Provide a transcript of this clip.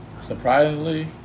surprisingly